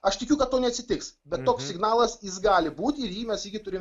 aš tikiu kad to neatsitiks bet toks signalas jis gali būti ir jį mes irgi turim